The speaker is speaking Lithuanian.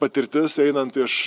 patirtis einant iš